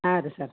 ಹಾಂ ರೀ ಸರ್